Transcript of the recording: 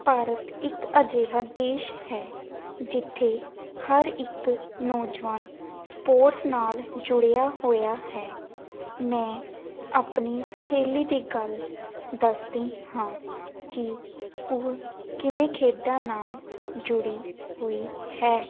ਭਾਰਤ ਇੱਕ ਅਜਿਹਾ ਦੇਸ਼ ਹੈ ਜਿੱਥੇ ਹਰ ਇੱਕ ਨੌਜਵਾਨ ਸਪੋਰਟਸ ਨਾਲ ਜੁੜਿਆ ਹੋਇਆ ਹੈ ਮੈਂ ਆਪਣੀ ਸਹੇਲੀ ਦੀ ਗੱਲ ਦੱਸਦੀ ਹਾਂ ਕਿ ਉਹ ਕਿਵੇਂ ਖੇਡਾਂ ਨਾਲ ਜੁੜੀ ਹੋਈ ਹੈ